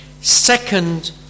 Second